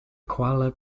kuala